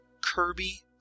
Kirby